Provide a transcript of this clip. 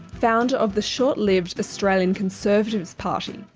founder of the short-lived australian conservatives party,